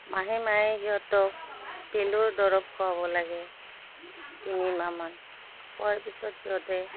মাহে মাহে সিহঁতক পেলুৰ দৰৱ খোৱাব লাগে তিনি মাহমান খোৱাৰ পিছত সিহঁতে